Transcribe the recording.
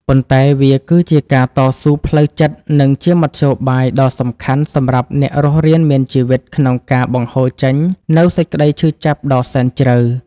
ប៉ុន្តែវាគឺជាការតស៊ូផ្លូវចិត្ត និងជាមធ្យោបាយដ៏សំខាន់សម្រាប់អ្នករស់រានមានជីវិតក្នុងការបង្ហូរចេញនូវសេចក្តីឈឺចាប់ដ៏សែនជ្រៅ។